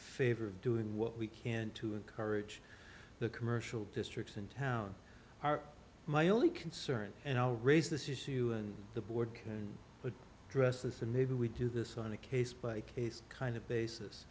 favor of doing what we can to encourage the commercial districts in town are my only concern and i'll raise this issue and the board and but address this and maybe we do this on a case by case kind of basis